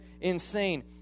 insane